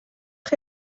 chi